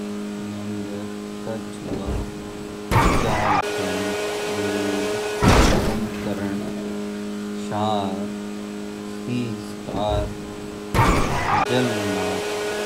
मेंढक कछुआ dolphin whale Kumbhakarna shark sea star जलनाग ये जानवर छिन जो पानी में ही रहन्दा